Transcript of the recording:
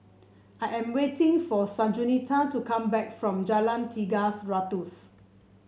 I am waiting for Sanjuanita to come back from Jalan Tiga Ratus